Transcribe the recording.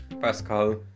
Pascal